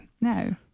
No